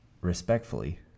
respectfully